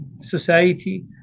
society